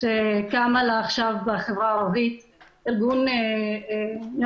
קמה לה עכשיו בחברה הערבית ארגון "ינבוע",